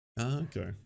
Okay